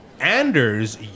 Anders